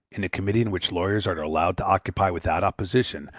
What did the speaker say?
in a community in which lawyers are allowed to occupy, without opposition,